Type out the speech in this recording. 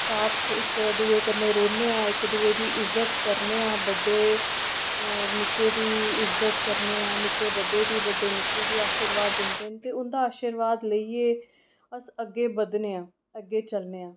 साथ इक दूए कन्नै रौह्नेआ इक दूए दी इज्जत करनेआं बड्डे निक्के दी इज्जत करनेआं निक्के बड्डे दी बड्डे निक्के गी आर्शिवाद दिंदे न ते ओह् उं'दा आर्शिवाद लेइयै अस अग्गै बधनेआं अग्गै चलनेआं